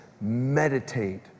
meditate